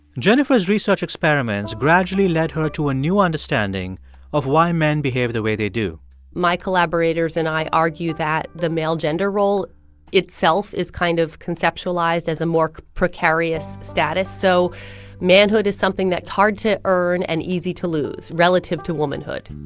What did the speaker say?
jennifer's research experiments gradually lead her to a new understanding of why men behave the way they do my collaborators and i argue that the male gender role itself is kind of conceptualized as a more precarious status, so manhood is something that's hard to earn and easy to lose, relative to womanhood